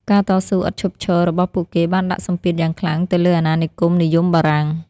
ការតស៊ូឥតឈប់ឈររបស់ពួកគេបានដាក់សម្ពាធយ៉ាងខ្លាំងទៅលើអាណានិគមនិយមបារាំង។